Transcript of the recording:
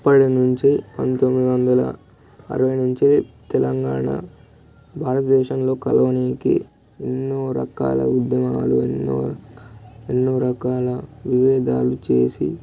అప్పటి నుంచి పంతొమ్మిది వందల అరవై నుంచి తెలంగాణ భారతదేశంలో కలవనీకి ఎన్నో రకాల ఉద్యమాలు ఎన్నో ఎన్నో రకాల నినాధాలు చేసి